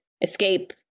escape